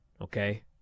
Okay